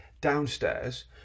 downstairs